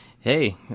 Hey